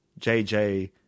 JJ